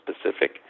specific